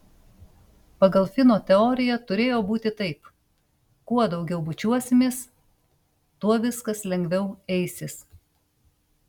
pagal fino teoriją turėjo būti taip kuo daugiau bučiuosimės tuo viskas lengviau eisis